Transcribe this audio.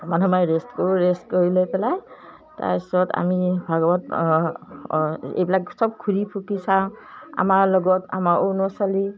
অকণমান সময় ৰেষ্ট কৰোঁ ৰেষ্ট কৰি লৈ পেলাই তাৰ পিছত আমি ভাগৱত এইবিলাক চব ঘূৰি ফুকি চাওঁ আমাৰ লগত আমাৰ অৰুণাচলী